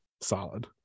Solid